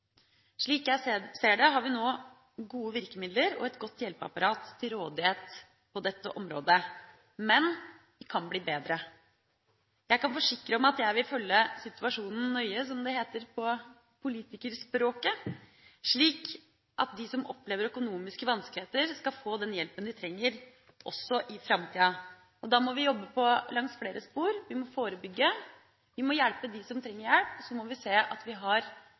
Slik jeg ser det, har vi nå gode virkemidler og et godt hjelpeapparat til rådighet på dette området, men vi kan bli bedre. Jeg kan forsikre om at jeg vil følge situasjonen nøye, som det heter på politikerspråket, slik at de som opplever økonomiske vanskeligheter, skal få den hjelpen de trenger også i framtida. Da må vi jobbe langs flere spor. Vi må forebygge, vi må hjelpe dem som trenger hjelp, og så må vi se at vi har